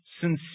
sincere